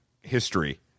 history